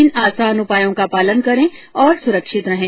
तीन आसान उपायों का पालन करें और सुरक्षित रहें